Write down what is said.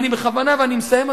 ואני בכוונה - ואני מסיים,